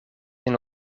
een